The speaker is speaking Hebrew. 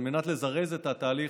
על מנת לזרז את התהליך